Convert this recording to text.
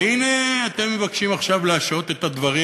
והנה, אתם מבקשים עכשיו להשהות את הדברים.